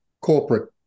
corporate